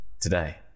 today